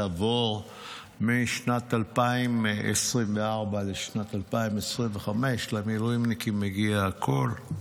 תעבור משנת 2024 לשנת 2025. למילואימניקים מגיע הכול.